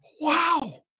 wow